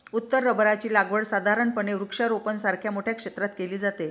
उत्तर रबराची लागवड साधारणपणे वृक्षारोपणासारख्या मोठ्या क्षेत्रात केली जाते